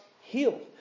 healed